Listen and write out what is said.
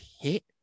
hit